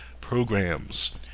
programs